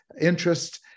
interest